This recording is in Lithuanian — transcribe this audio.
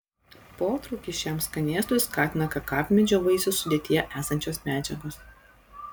potraukį šiam skanėstui skatina kakavmedžio vaisių sudėtyje esančios medžiagos